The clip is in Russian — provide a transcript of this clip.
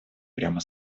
прямо